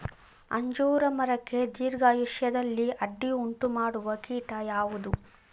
ಅಂಜೂರ ಮರಕ್ಕೆ ದೀರ್ಘಾಯುಷ್ಯದಲ್ಲಿ ಅಡ್ಡಿ ಉಂಟು ಮಾಡುವ ಕೀಟ ಯಾವುದು?